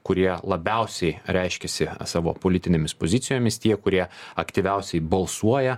kurie labiausiai reiškiasi savo politinėmis pozicijomis tie kurie aktyviausiai balsuoja